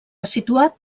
situat